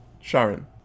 Sharon